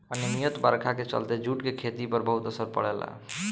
अनिमयित बरखा के चलते जूट के खेती पर बहुत असर पड़ेला